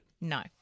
No